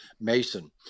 mason